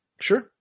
Sure